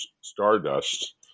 Stardust